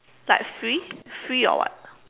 like free free or what